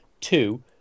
Two